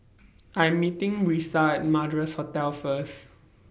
I'm meeting Brisa Madras Hotel First